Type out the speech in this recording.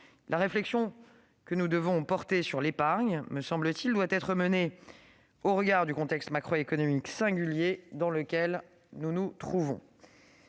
la réflexion que nous devons porter sur l'épargne doit être menée au regard du contexte macroéconomique singulier dans lequel nous nous trouvons.